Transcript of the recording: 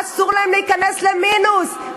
אסור להם להיכנס למינוס.